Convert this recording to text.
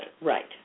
Right